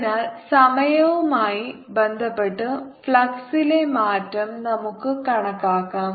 അതിനാൽ സമയവുമായി ബന്ധപ്പെട്ട് ഫ്ലക്സിലെ മാറ്റം നമുക്ക് കണക്കാക്കാം